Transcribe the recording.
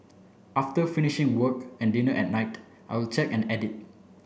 after finishing work and dinner at night I will check and edit